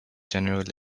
general